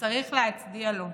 וצריך להצדיע לו.